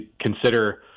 consider –